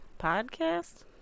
podcast